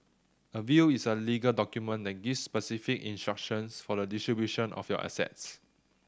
a will is a legal document that gives specific instructions for the distribution of your assets